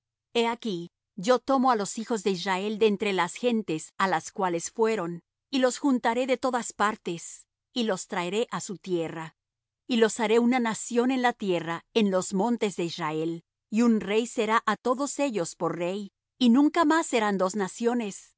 he aquí yo tomo á los hijos de israel de entre las gentes á las cuales fueron y los juntaré de todas partes y los traeré á su tierra y los haré una nación en la tierra en los montes de israel y un rey será á todos ellos por rey y nunca más serán dos naciones